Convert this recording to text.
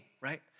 right